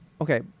Okay